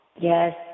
Yes